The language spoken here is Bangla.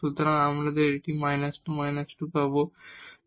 সুতরাং আমরা এটি −2−2 পাব